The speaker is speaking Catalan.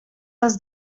les